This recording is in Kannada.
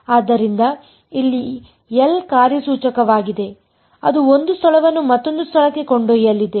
ಆದ್ದರಿಂದ ಇಲ್ಲಿ L ಕಾರ್ಯಸೂಚಕವಾಗಿದೆ ಅದು ಒಂದು ಸ್ಥಳವನ್ನು ಮತ್ತೊಂದು ಸ್ಥಳಕ್ಕೆ ಕೊಂಡೊಯ್ಯಲಿದೆ